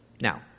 Now